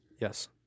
Yes